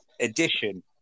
edition